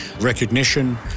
recognition